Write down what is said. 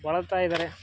ಬಳಲ್ತಾ ಇದಾರೆ